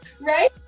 Right